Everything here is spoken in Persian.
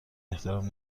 احترام